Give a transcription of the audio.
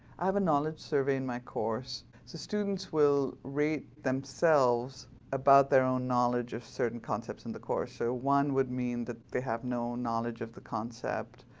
i have a knowledge survey in my course. so students will rate themselves about their own knowledge of certain concepts in the course. so one would mean that they have no knowledge of the concept.